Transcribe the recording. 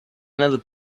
other